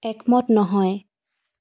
একমত নহয়